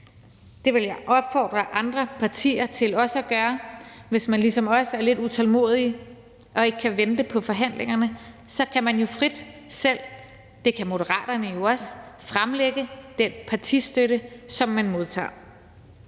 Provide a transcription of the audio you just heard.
det vil jeg opfordre andre partier til også at gøre. Hvis man er ligesom os er lidt utålmodig og ikke kan vente på forhandlingerne, kan man jo frit selv, og det kan Moderaterne også, fremlægge oplysninger om den partistøtte, som man modtager.